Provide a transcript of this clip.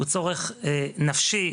הוא צורך נפשי,